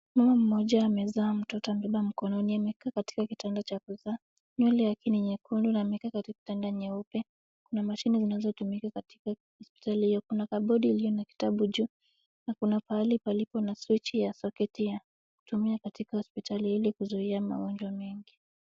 Mama mmoja amezaa mtoto, amebeba mkononi. Amekaa katika kitanda cha kuzaa. Nywele yake ni nyekundu na amekaa katika kitanda nyeupe. Kuna mashine zinazotumika katika hospitali hiyo. Kuna kabodi iliyo na kitabu juu na kuna pahali palipo na switch ya socket ya kutumia katika hospitali ili kuzuia magonjwa mengi.